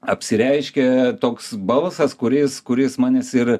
apsireiškė toks balsas kuris kuris manęs ir